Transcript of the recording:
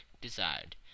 desired